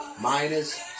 minus